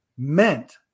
Meant